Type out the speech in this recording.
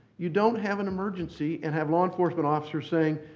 you don't have an emergency and have law enforcement officers saying,